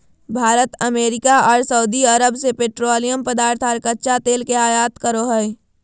Bharat America आर सऊदीअरब से पेट्रोलियम पदार्थ आर कच्चा तेल के आयत करो हय